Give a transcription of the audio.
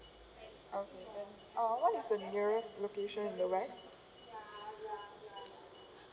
okay then uh what is the nearest location in the west